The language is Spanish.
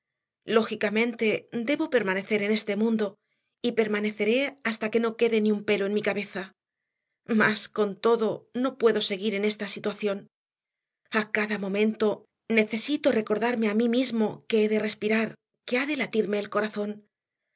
lógicamente debo permanecer en este mundo y permaneceré hasta que no quede ni un pelo en mi cabeza mas con todo no puedo seguir en esta situación a cada momento necesito recordarme a mí mismo que he de respirar que ha de latirme el corazón